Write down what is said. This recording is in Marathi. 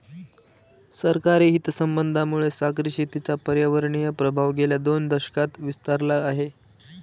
सरकारी हितसंबंधांमुळे सागरी शेतीचा पर्यावरणीय प्रभाव गेल्या दोन दशकांत विस्तारला आहे